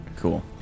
Cool